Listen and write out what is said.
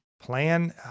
plan